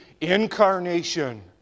incarnation